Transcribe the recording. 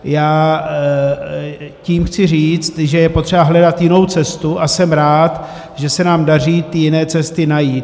Já tím chci říct, že je potřeba hledat jinou cestu, a jsem rád, že se nám daří jiné cesty najít.